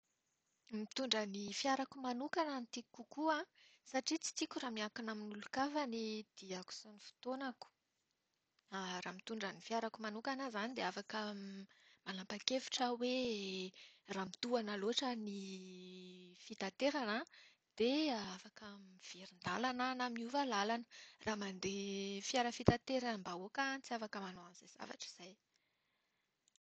Mitondra ny fiarako manokana no tiako kokoa an satria tsy tiako raha miankina amin'olon-kafa ny diako sy ny fotoanako. Raha mitondra ny fiarako manokana aho izany dia afaka m- manapa-kevitra hoe raha mitohana loatra ny fitateran dia afaka miverin-dalana aho na miova lalana. Raha mandeha fiara fitateram-bahoaka aho an, tsy afaka hanao an'izay zavatra izay.